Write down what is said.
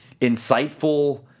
insightful